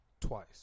twice